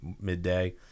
midday